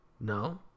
No